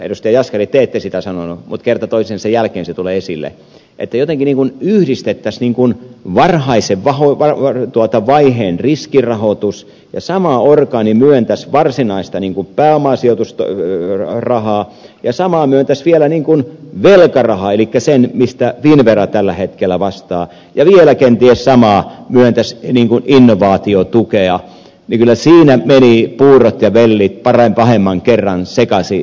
jaskari te ette sitä sanonut mutta kerta toisensa jälkeen se tulee esille jotenkin ikään kuin yhdistettäisiin varhaisen vaiheen riskirahoitus muuhun niin että sama orgaani myöntäisi varsinaista pääomasijoitusrahaa ja vielä velkarahaa elikkä sen mistä finnvera tällä hetkellä vastaa ja kenties sama myöntäisi vielä innovaatiotukea kyllä menee puurot ja vellit pahemman kerran sekaisin